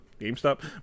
GameStop